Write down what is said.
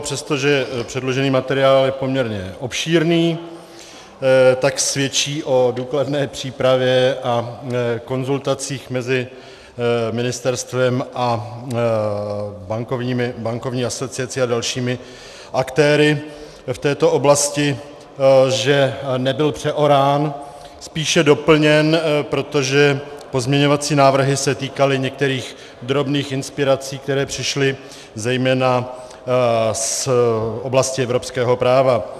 Přestože předložený materiál je poměrně obšírný, tak svědčí o důkladné přípravě a konzultacích mezi ministerstvem a bankovní asociací a dalšími aktéry v této oblasti, že nebyl přeorán, spíše doplněn, protože pozměňovací návrhy se týkaly některých drobných inspirací, které přišly zejména z oblasti evropského práva.